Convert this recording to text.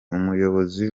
umuyobozi